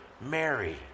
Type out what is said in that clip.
Mary